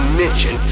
mention